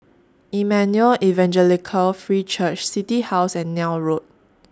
Emmanuel Evangelical Free Church City House and Neil Road